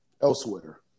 elsewhere